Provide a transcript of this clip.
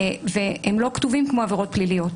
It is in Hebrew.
והם לא כתובים כמו עבירות פליליות,